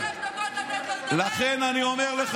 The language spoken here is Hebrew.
שש דקות לתת לו לדבר, מנהלים את המדינה.